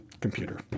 computer